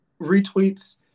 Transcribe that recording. retweets